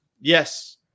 Yes